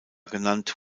genannt